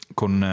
con